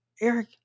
Eric